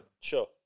Sure